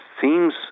seems